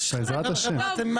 הצבעתם נגד.